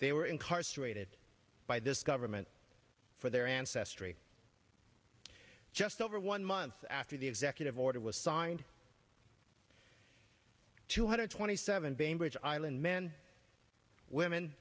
they were incarcerated by this government for their ancestry just over one months after the executive order was signed two hundred twenty seven bainbridge island men women